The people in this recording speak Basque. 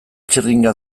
txirringa